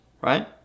right